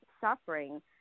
suffering